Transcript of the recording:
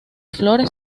flores